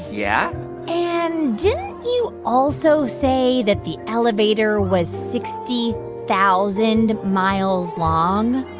yeah and didn't you also say that the elevator was sixty thousand miles long?